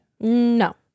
No